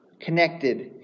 connected